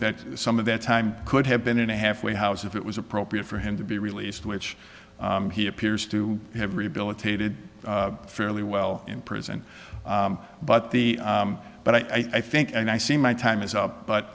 that some of that time could have been in a halfway house if it was appropriate for him to be released which he appears to have rehabilitated fairly well in prison but the but i think and i see my time is up but